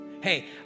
hey